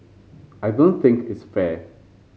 I don't think it's fair